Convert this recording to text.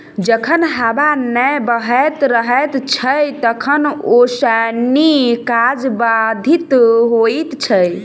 जखन हबा नै बहैत रहैत छै तखन ओसौनी काज बाधित होइत छै